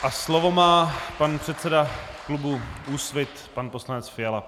A slovo má pan předseda klubu Úsvit pan poslanec Fiala.